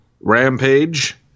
rampage